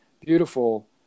beautiful